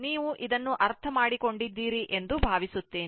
ನೀವು ಇದನ್ನು ಅರ್ಥಮಾಡಿಕೊಂಡಿದ್ದೀರಿ ಎಂದು ಭಾವಿಸುತ್ತೇವೆ